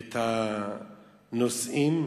את הנושאים.